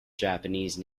japanese